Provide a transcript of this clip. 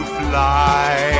fly